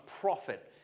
profit